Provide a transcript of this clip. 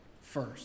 first